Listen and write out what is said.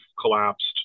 collapsed